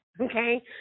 Okay